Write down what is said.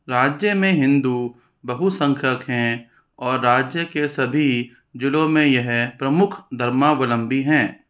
राज्य में हिंदू बहुसंख्यक हैं और राज्य के सभी ज़िलों में यह प्रमुख धर्मावलंबी हैं